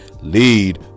Lead